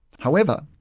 however,